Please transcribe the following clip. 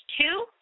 two